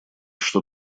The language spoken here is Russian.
что